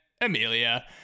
Amelia